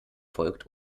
folgt